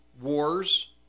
wars